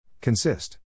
Consist